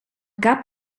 cap